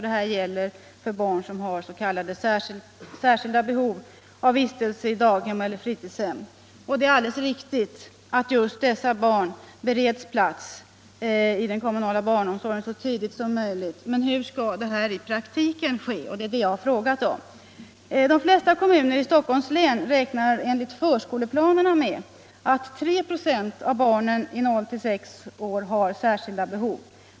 Detta gäller för barn som har s.k. särskilda behov av vistelse i daghem eller fritidshem. Och det är alldeles riktigt att just dessa barn bereds plats i den kommunala barnomsorgen så tidigt som möjligt. Men hur skall detta i praktiken gå till? Det är det jag har frågat om. De flesta kommuner i Stockholms län räknar enligt förskoleplanerna med att 3 26 av barnen i åldrarna 0-6 år har särskilda behov.